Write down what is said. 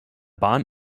bahn